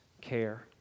care